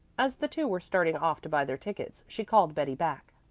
as the two were starting off to buy their tickets, she called betty back.